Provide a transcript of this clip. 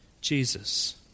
Jesus